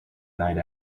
night